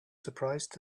surprised